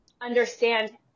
understand